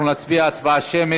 נא להתחיל לקרוא את השמות.